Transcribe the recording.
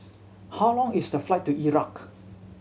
how long is the flight to Iraq